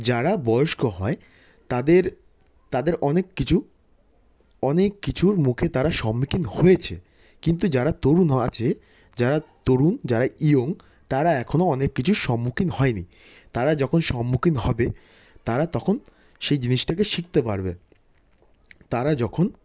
যারা বয়স্ক হয় তাদের তাদের অনেক কিছু অনেক কিছুর মুখে তারা সম্মুখীন হয়েছে কিন্তু যারা তরুণ হয় আছে যারা তরুণ যারা ইয়ং তারা এখনও অনেক কিছুর সম্মুখীন হয়নি তারা যখন সম্মুখীন হবে তারা তখন সেই জিনিসটাকে শিখতে পারবে তারা যখন